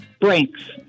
Brinks